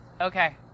Okay